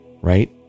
right